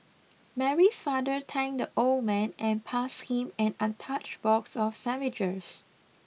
Mary's father thanked the old man and passed him an untouched box of sandwiches